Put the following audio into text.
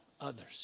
others